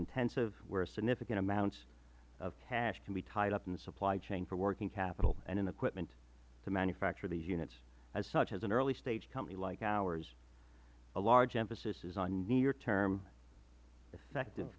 intensive where significant amounts of cash can be tied up in the supply chain for working capital and in equipment to manufacture these units as such at an early stage company like ours a large emphasis is on near term